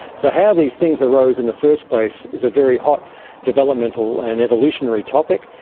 so how these things arose in the first place is a very hot developmental and evolutionary topic,